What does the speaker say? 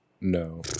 No